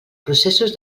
processos